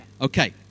Okay